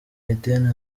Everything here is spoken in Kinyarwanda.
eden